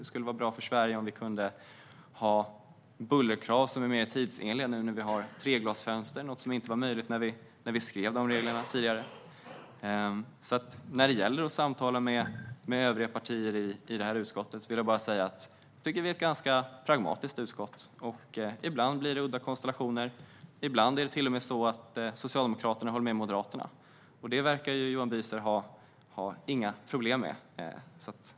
Det skulle vara bra för Sverige om vi hade mer tidsenliga bullerkrav, nu när vi har treglasfönster, något som vi inte hade när de reglerna infördes. När det gäller att samtala med övriga partier tycker jag att vi är ett ganska pragmatiskt utskott. Ibland blir det udda konstellationer. Ibland är det till och med så att Socialdemokraterna håller med Moderaterna. Det verkar ju Johan Büser inte ha några problem med.